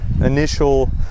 initial